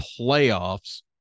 playoffs